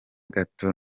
gato